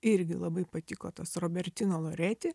irgi labai patiko tas robertino loreti